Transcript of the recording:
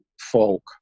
folk